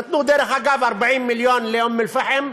נתנו, דרך אגב, 40 מיליון לאום-אלפחם,